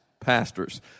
Pastors